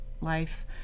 life